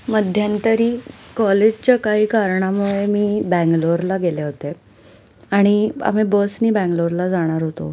मध्यंतरी कॉलेजच्या काही कारणामुळे मी बंगलोरला गेले होते आणि आम्ही बसने बंगलोरला जाणार होतो